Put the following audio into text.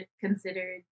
considered